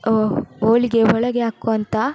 ಹೋಳಿಗೆ ಒಳಗೆ ಹಾಕುವಂಥ